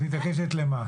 את מתייחסת למה?